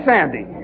Sandy